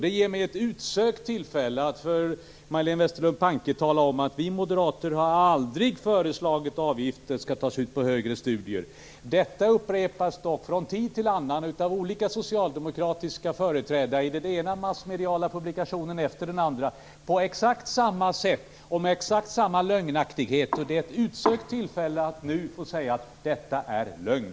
Det ger mig ett utsökt tillfälle att tala om att vi moderater aldrig har föreslagit att det skall tas ut avgifter på högre studier. Detta upprepas dock från tid till annan av olika socialdemokratiska företrädare i den ena massmediala publikationen efter den andra på exakt samma sätt och med exakt samma lögnaktighet. Detta är ett utsökt tillfälle att få säga att det är lögn.